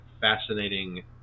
fascinating